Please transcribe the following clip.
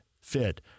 fit